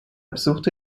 besuchte